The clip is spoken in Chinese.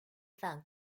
示范